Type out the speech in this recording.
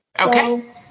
Okay